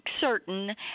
certain